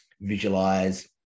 visualize